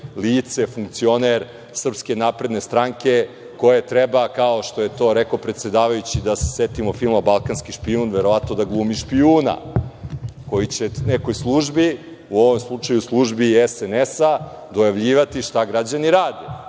lice, funkcioner SNS koje treba, kao što je to rekao predsedavajući, da se setimo filma „Balkanski špijun“, verovatno da glumi špijuna koje će nekoj službi, u ovom slučaju službi SNS, dojavljivati šta građani rade